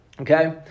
okay